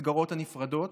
במסגרות הנפרדות,